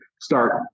start